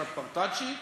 קצת פרטאצ'י,